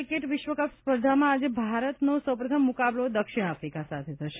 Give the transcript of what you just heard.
cricket વિશ્વકપ સ્પર્ધામાં આજે ભારતનો સો પ્રથમ મુકાબલો દક્ષિણ આફ્રિકા સાથે થશે